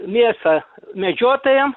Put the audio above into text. mėsa medžiotojam